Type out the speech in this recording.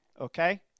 okay